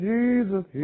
Jesus